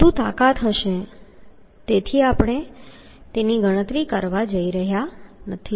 વધુ તાકાત હશે તેથી આપણે ગણતરી કરવા જઈ રહ્યા નથી